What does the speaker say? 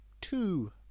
two